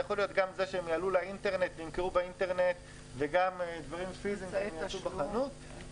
זה יכול להיות גם דרך מכירה באינטרנט וגם דברים פיסיים שיעשו בחנות.